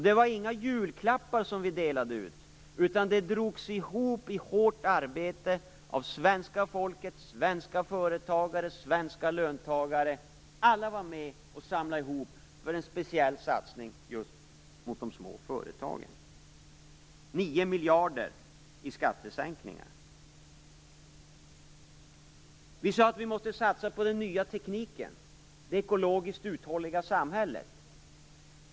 Det var inga julklappar som vi delade ut, utan pengarna drogs ihop i hårt arbete av svenska företagare och svenska löntagare. Alla var med och samlade ihop för en speciell satsning just mot de små företagen. Det var 9 miljarder i skattesänkningar. Vi sade att vi måste satsa på den nya tekniken och det ekologiskt uthålliga samhället.